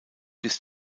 bis